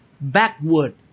backward